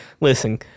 Listen